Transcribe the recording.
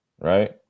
Right